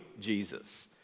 Jesus